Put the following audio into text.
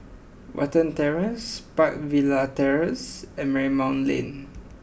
Watten Terrace Park Villas Terrace and Marymount Lane